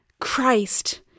Christ